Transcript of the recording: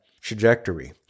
trajectory